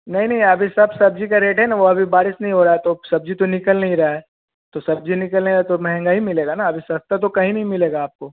नहीं नहीं अभी सब सब्ज़ी का रेट है ना वह अभी बारिश नहीं हो रहा है तो सब्ज़ी तो निकल नहीं रहा है तो सब्ज़ी निकलेगा तो महँगा ही मिलेगा ना अभी सस्ता तो कहीं नहीं मिलेगा आपको